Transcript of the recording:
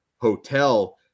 hotel